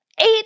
eight